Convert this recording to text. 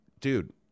Dude